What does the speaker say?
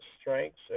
strengths